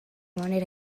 manera